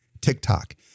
TikTok